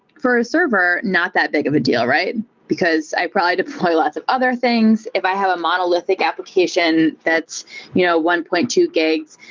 for a server, not that big of a deal because i probably deploy lots of other things. if i have a monolithic application that's you know one point two gigs,